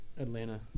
Atlanta